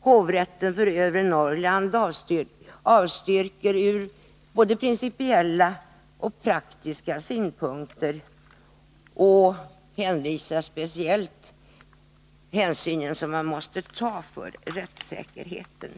Hovrätten för Övre Norrland avstyrker ur både principiella och praktiska synpunkter och framhåller speciellt den hänsyn man måste ta till rättssäkerheten.